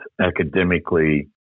academically